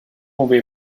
way